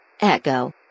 Echo